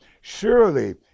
Surely